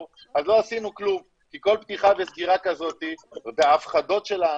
אז לא עשינו כלום כי כל פתיחה וסגירה כזאת וההפחדות של האנשים,